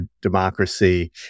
democracy